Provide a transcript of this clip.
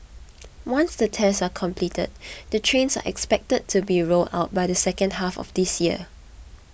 once the tests are completed the trains are expected to be rolled out by the second half of this year